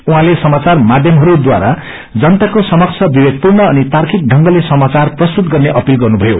उहाँले समाचार माध्यमद्वारा जनाताको समश विवेकपूर्ण अनि तार्किक ढ़ंगल समाचार प्रस्तुत गर्ने अपित गर्नुभयो